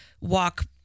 walk